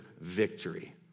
victory